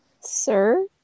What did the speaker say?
Sir